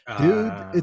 dude